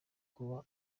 kuba